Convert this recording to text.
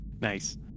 Nice